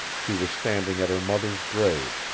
she was standing at her mother's grave,